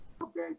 okay